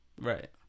Right